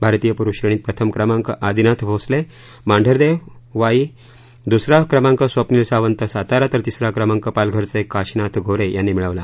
भारतीय पुरुष श्रेणीत प्रथम क्रमांक आदिनाथ भोसले मांढरदेव वाई दुसरा क्रमांक स्वप्नील सावत सातारा तर तिसरा क्रमांक पालघरचे काशिनाथ गोरे यांनी मिळवला